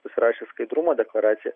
pasirašė skaidrumo deklaraciją